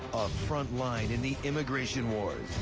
frontline in the immigration wars.